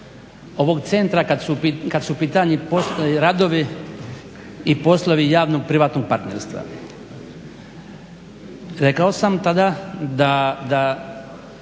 ovog centra kad su u pitanju radovi i poslovi javno privatnog partnerstva. Rekao sam tada da